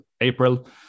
April